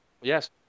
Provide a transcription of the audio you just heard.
Yes